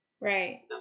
Right